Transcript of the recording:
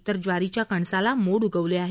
तर ज्वारीच्या कणसाला मोड उगवले आहेत